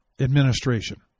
administration